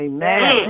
Amen